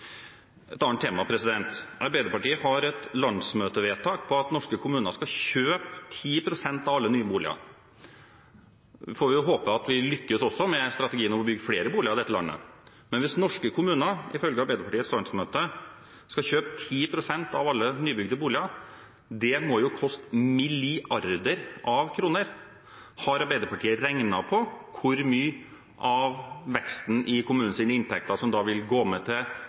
Et annet tema: Arbeiderpartiet har et landsmøtevedtak på at norske kommuner skal kjøpe 10 pst. av alle nye boliger. Vi får håpe at vi lykkes også med strategien om å bygge flere boliger i dette landet, men hvis norske kommuner, ifølge Arbeiderpartiets landsmøte, skal kjøpe 10 pst. av alle nybygde boliger, må det jo koste milliarder av kroner. Har Arbeiderpartiet regnet på hvor mye av veksten i kommunenes inntekter som da vil gå med til